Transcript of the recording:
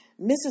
Mrs